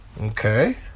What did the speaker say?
Okay